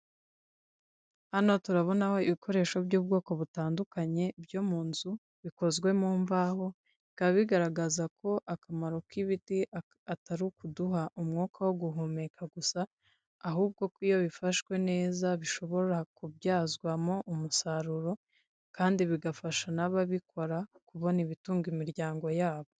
Hano turabonaho ibikoresho by'ubwoko butandukanye, byo mu nzu bikozwe mu mbaho, bikaba bigaragaza ko akamaro k'ibiti atari ukuduha umwuka wo guhumeka gusa ahubwo ko iyo bifashwe neza bishobora kubyazwamo umusaruro kandi bigafasha n'ababikora kubona ibitunga imiryango yabo.